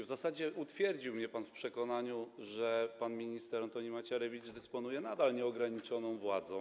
W zasadzie utwierdził mnie pan w przekonaniu, że pan minister Antoni Macierewicz dysponuje nadal nieograniczoną władzą.